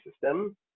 system